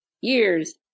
years